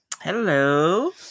hello